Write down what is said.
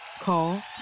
Call